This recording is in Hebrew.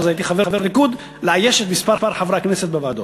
אז הייתי חבר ליכוד, את מספר חברי הכנסת בוועדות.